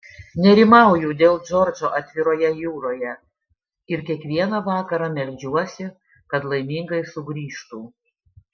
nerimauju dėl džordžo atviroje jūroje ir kiekvieną vakarą meldžiuosi kad laimingai sugrįžtų